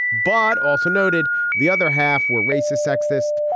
but also noted the other half were racist, sexist,